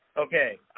Okay